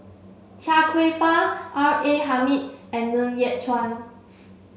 Chia Kwek Fah R A Hamid and Ng Yat Chuan